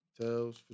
tails